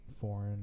foreign